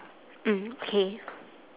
mm okay